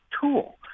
tool